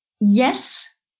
yes